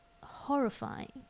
horrifying